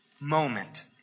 moment